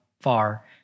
far